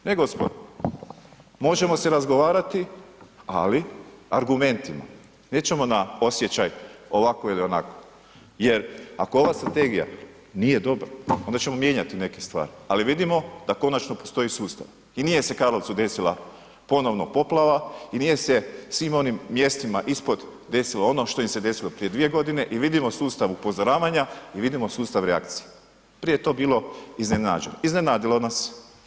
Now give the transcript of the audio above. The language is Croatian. Ne gospodo, možemo se razgovarati, ali argumentima, nećemo na osjećaj ovako ili onako jer ako ova strategija nije dobra, onda ćemo mijenjati neke stvari, ali vidimo da konačno postoji sustav i nije se Karlovcu desila ponovno poplava i nije se svim onim mjestima ispod desilo ono što im se desilo prije 2.g. i vidimo sustav upozoravanja i vidimo sustav reakcije, prije je to bilo iznenadilo nas.